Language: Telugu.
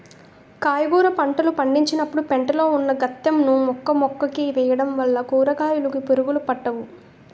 కాయగుర పంటలు పండించినపుడు పెంట లో ఉన్న గెత్తం ను మొక్కమొక్కకి వేయడం వల్ల కూరకాయలుకి పురుగులు పట్టవు